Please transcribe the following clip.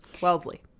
wellesley